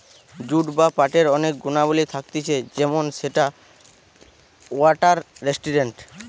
jute বা পাটের অনেক গুণাবলী থাকতিছে যেমন সেটা ওয়াটার রেসিস্টেন্ট